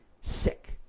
Sick